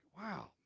wow